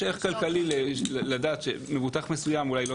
יש ערך כלכלי לדעת שמבוטח מסוים אולי לא